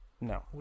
No